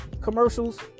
commercials